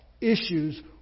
issues